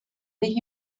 the